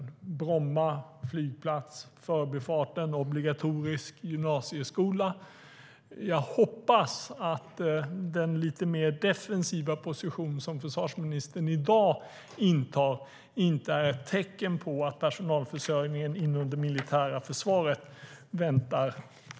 Det gäller till exempel Bromma flygplats, Förbifart Stockholm och obligatorisk gymnasieskola. Jag hoppas att den lite mer defensiva position som försvarsministern i dag intar inte är ett tecken på att samma öde väntar personalförsörjningen inom det militära försvaret.